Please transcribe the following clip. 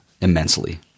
immensely